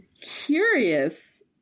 curious